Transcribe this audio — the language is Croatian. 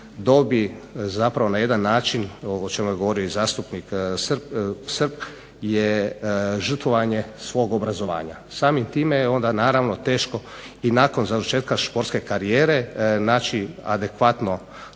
dobi zapravo na jedan način o čemu je govorio zastupnik Srb je žrtvovanje svog obrazovanja. Samim time je onda naravno teško i nakon završetka sportske karijere naći adekvatno